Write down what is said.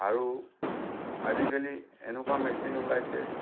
আৰু আজিকালি এনেকুৱা মেচিন ওলাইছে